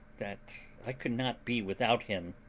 that i could not be without him,